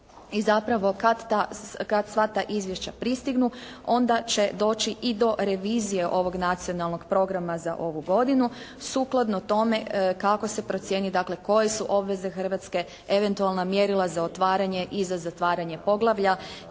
I zapravo kad sva ta izvješća pristignu onda će doći i do revizije ovog Nacionalnog programa za ovu godinu, sukladno tome kako se procijeni, dakle koje su obveze Hrvatske eventualna mjerila za otvaranje i za zatvaranje poglavlja